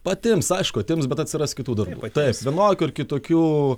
patims aišku atims bet atsiras kitų darbų taip vienokių ar kitokių